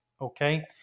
okay